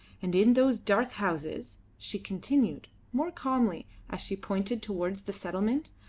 and in those dark houses, she continued, more calmly as she pointed towards the settlement,